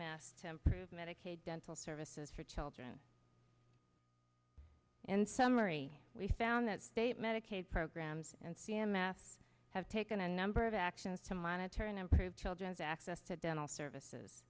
m s to improve medicaid dental services for children in summary we found that state medicaid programs and c m s have taken a number of actions to monitor and improve children's access to dental services